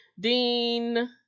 Dean